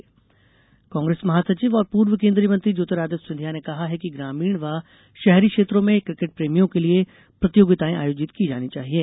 कांग्रेस महासचिव सिंधिया कांग्रेस महासचिव और पूर्व केंद्रीय मंत्री जोतिरादित्य सिंधिया ने कहा है कि ग्रामीण व शहरी क्षेत्रों में क्रिकेट प्रेमियों के लिये प्रतियोगिताएं आयोजित की जानी चाहिये